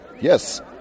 Yes